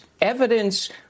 evidence